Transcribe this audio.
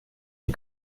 die